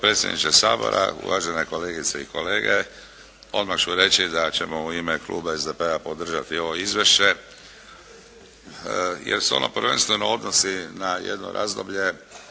potpredsjedniče Sabora, uvažene kolegice i kolege. Odmah ću reći da ćemo u ime kluba SDP-a podržati ovo izvješće jer se ono prvenstveno odnosi na jedno razdoblje